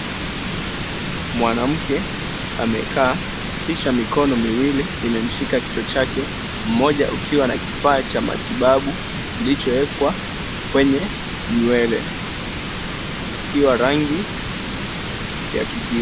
Mwanamke amekaa kisha mikono miwili imemshika kichwa chake, mmoja ukiwa na kifaa cha matibabu kilichoekwa kwenye nywele ikiwa rangi ya kijivu.